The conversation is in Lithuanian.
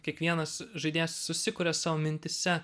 kiekvienas žaidėjas susikuria sau mintyse